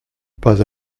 pas